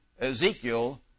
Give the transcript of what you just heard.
Ezekiel